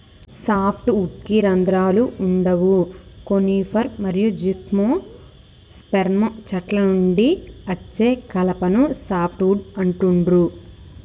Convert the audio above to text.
soft వుడ్కి రంధ్రాలు వుండవు కోనిఫర్ మరియు జిమ్నోస్పెర్మ్ చెట్ల నుండి అచ్చే కలపను సాఫ్ట్ వుడ్ అంటుండ్రు